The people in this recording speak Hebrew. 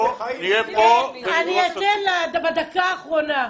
אני אתן לה דקה אחרונה.